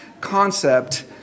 concept